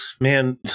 man